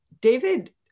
David